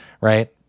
right